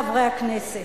חברי חברי הכנסת,